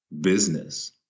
business